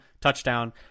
touchdown